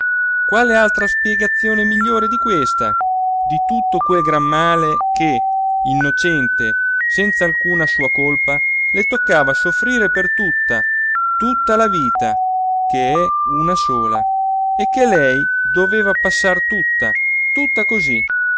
quale altra spiegazione migliore di questa di tutto quel gran male che innocente senz'alcuna sua colpa le toccava soffrire per tutta tutta la vita che è una sola e che lei doveva passar tutta tutta cosí